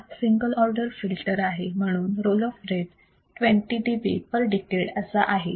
हा single order filter आहे म्हणून roll off rate 20 dB per decade असा आहे